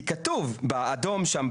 כי כתוב באדום שם,